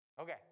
Okay